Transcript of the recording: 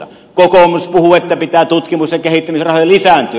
kokoomus puhuu että pitää tutkimus ja kehittämisrahojen lisääntyä